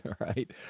right